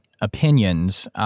opinions